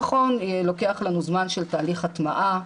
נכון, לוקח לנו זמן של תהליך הטמעה,